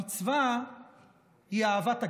המצווה היא אהבת הגר.